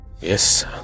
Yes